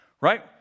right